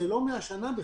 זה לא מהשנה בכלל.